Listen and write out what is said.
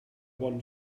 won